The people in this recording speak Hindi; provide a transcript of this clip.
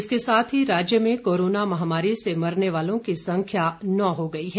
इसके साथ ही राज्य में कोरोना महामारी से मरने वालों की संख्या नौ हो गई है